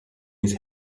his